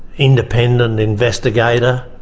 independent investigator.